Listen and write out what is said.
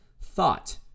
thought